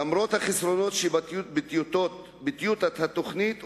למרות החסרונות שבטיוטת התוכנית,